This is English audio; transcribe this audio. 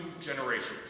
generations